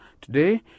Today